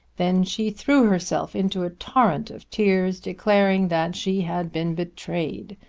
then she threw herself into a torrent of tears declaring that she had been betrayed.